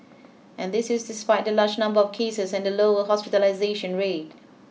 and this is despite the larger number of cases and the lower hospitalisation rate